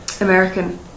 American